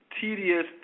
tedious